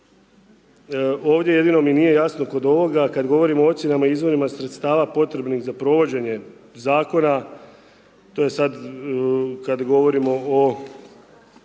ovdje jedino mi nije jasno kod ovoga, kad govorimo o ocjenama, izvorima sredstava potrebnima za provođenja zakona, to je sad, kad govorimo o